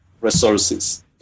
resources